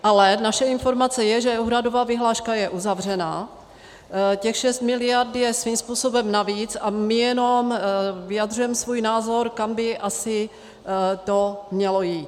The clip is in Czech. Ale naše informace je, že úhradová vyhláška je uzavřena, těch šest miliard je svým způsobem navíc a my jenom vyjadřujeme svůj názor, kam by to asi mělo jít.